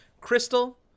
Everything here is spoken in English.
Crystal